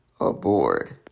aboard